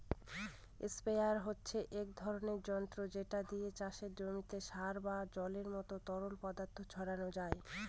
sprayer হচ্ছে এক ধরণের যন্ত্র যেটা দিয়ে চাষের জমিতে সার বা জলের মত তরল পদার্থ ছড়ানো যায়